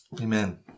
Amen